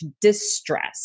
distress